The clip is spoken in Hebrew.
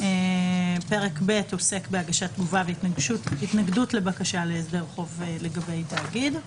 פרק ב' עוסק בהגשת תגובה והתנגדות לבקשה להסדר חוב לגבי תאגיד.